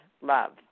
love